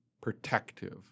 protective